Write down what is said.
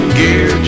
gear